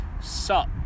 Sup